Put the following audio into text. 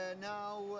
Now